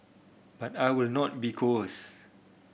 but I will not be coerced